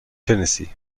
tennessee